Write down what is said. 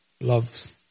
loves